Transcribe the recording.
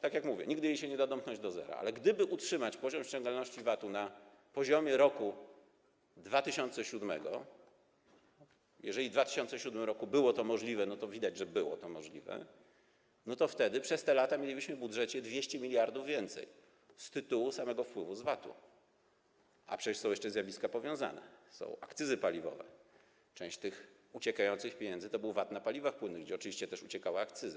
Tak jak mówię, nigdy jej się nie da domknąć do zera, ale gdyby utrzymać poziom ściągalności VAT-u na poziomie z roku 2007 - jeżeli w 2007 r. było to możliwe, to widać, że było to możliwe - to wtedy przez te lata mielibyśmy w budżecie o 200 mld więcej z tytułu samego wpływu z VAT-u, a przecież są jeszcze zjawiska powiązane, są akcyzy paliwowe, część tych uciekających pieniędzy to był VAT nałożony na paliwa płynne, gdzie oczywiście też uciekała akcyza.